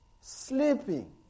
sleeping